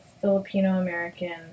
Filipino-American